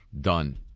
done